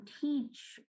teach